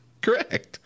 Correct